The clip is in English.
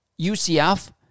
UCF